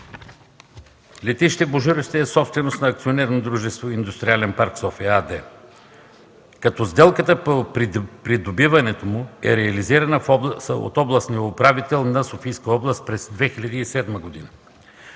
Летище Божурище е собственост на акционерно дружество „Индустриален парк София” АД, като сделката по придобиването му е реализирана от областния управител на Софийска област през 2007 г.